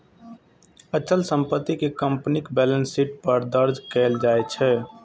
अचल संपत्ति कें कंपनीक बैलेंस शीट पर दर्ज कैल जाइ छै